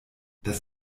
das